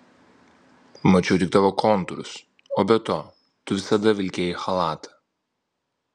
mačiau tik tavo kontūrus o be to tu visada vilkėjai chalatą